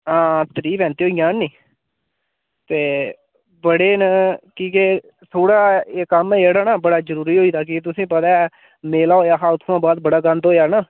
हां त्रीह् पैंती होई जान नी ते बड़े न की के थोह्ड़ा एह् कम्म जेह्ड़ा न बड़ा जरूरी होई गेदा कि तुसेंगी पता ऐ मेला होएया हा उत्थुआं बाद बड़ा गंद होएया ना